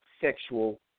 Sexual